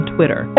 Twitter